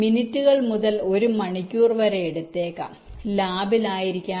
മിനിറ്റുകൾ മുതൽ ഒരു മണിക്കൂർ വരെ എടുത്തേക്കാം ലാബിൽ ആയിരിക്കാം